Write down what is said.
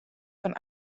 fan